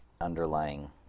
underlying